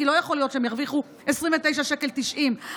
כי לא יכול להיות שהן ירוויחו 29.90 שקל.